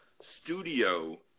studio